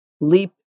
leap